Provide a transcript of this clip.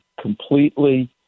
completely